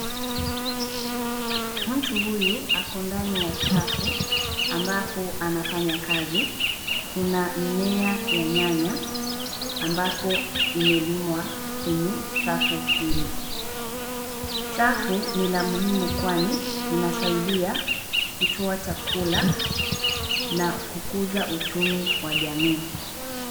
Mtu huyu ako ndani ya chafu ambapo anafanya kazi. Kuna mimea ya nyanya ambapo imelimwa kwenye chafu hili. Chafu ni la muhimu kwani hutoa chakula na kukuza uchumi wa jamii.